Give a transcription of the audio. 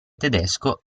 tedesco